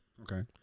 Okay